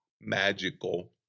magical